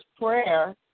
prayer